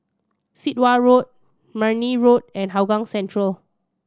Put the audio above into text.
Sit Wah Road Marne Road and Hougang Central